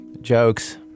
Jokes